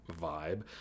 vibe